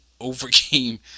overcame